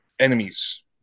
enemies